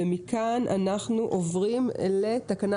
מכאן אנחנו עוברים לתקנה